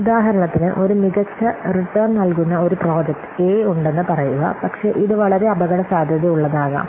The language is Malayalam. ഉദാഹരണത്തിന് ഒരു മികച്ച റിട്ടേൺ നൽകുന്ന ഒരു പ്രോജക്റ്റ് എ ഉണ്ടെന്ന് പറയുക പക്ഷേ ഇത് വളരെ അപകടസാധ്യതയുള്ളതാകാം